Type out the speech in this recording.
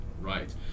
right